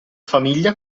famiglia